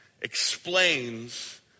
explains